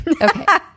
Okay